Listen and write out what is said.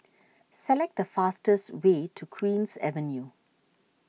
select the fastest way to Queen's Avenue